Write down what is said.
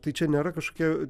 tai čia nėra kažkokia